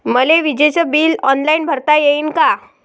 मले विजेच bill online भरता येईन का?